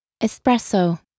Espresso